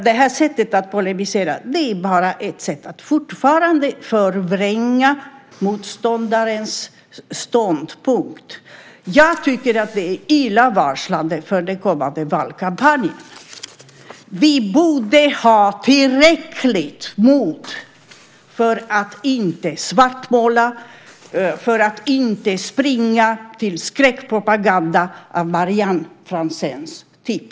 Det här sättet att polemisera är bara ett sätt att fortfarande förvränga motståndarens ståndpunkt. Jag tycker att det är illavarslande för den kommande valkampanjen. Vi borde ha tillräckligt mod för att inte svartmåla, för att inte springa till skräckpropaganda av Vivianne Franzéns typ.